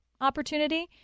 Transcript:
opportunity